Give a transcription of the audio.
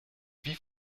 wie